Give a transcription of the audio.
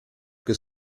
que